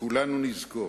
כולנו נזכור,